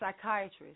psychiatrist